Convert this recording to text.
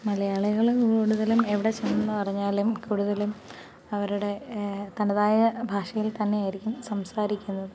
മലയാളികള് കൂടുതലും എവിടെ ചെന്നെന്ന് പറഞ്ഞാലും കൂടുതലും അവരുടെ തന്നതായ ഭാഷയിൽതന്നെയായിരിക്കും സംസാരിക്കുന്നത്